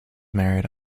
married